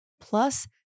plus